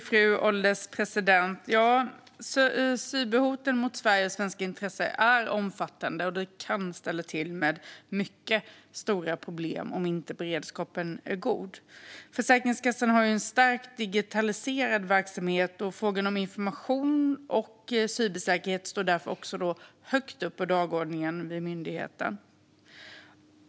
Fru ålderspresident! Cyberhoten mot Sverige och svenska intressen är omfattande och kan ställa till med mycket stora problem om beredskapen inte är god. Försäkringskassan har en starkt digitaliserad verksamhet, och frågan om information och cybersäkerhet står därför högt på dagordningen inom myndigheten.